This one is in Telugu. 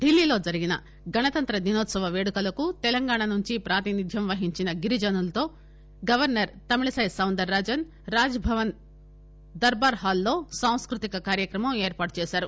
డిల్లీలో జరిగిన గణతంత్ర దినోత్సవ పేడుకలకు తెలంగాణ నుంచి ప్రాతినిధ్యం వహించిన గిరిజనులతో governor Tamilisai Soundararajan Raj Bhavan Darbar hall లో సాంస్కృతిక కార్యక్రమం ఏర్పాటు చేశారు